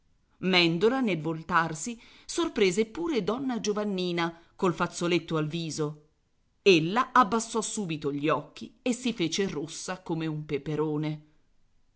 mèndola nel voltarsi sorprese pure donna giovannina col fazzoletto al viso ella abbassò subito gli occhi e si fece rossa come un peperone